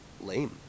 lame